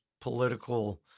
political